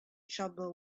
trouble